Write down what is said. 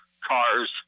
cars